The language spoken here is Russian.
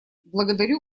благодарю